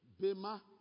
Bema